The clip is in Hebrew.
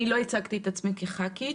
לא הצגתי את עצמי כח"כית,